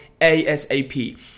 ASAP